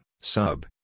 sub